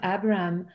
Abraham